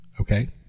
okay